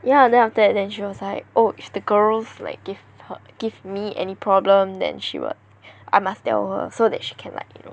ya then after that then she was like oh if the girls like give give me any problem than she would I must tell her so that she can like you know